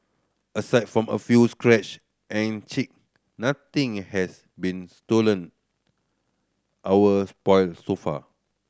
aside from a few scratch and chip nothing has been stolen or spoilt so far